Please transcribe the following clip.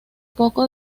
poco